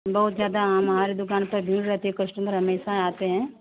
बहुत ज़्यादा हमारे दुकान पर भीड़ रहती है कश्टमर हमेशा आते है